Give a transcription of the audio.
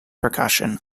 percussion